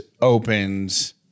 opens